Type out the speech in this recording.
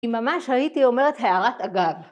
‫כי ממש הייתי אומרת הערת אגב.